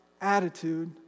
attitude